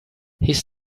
his